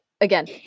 again